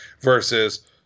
versus